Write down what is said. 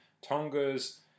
Tonga's